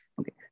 Okay